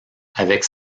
avec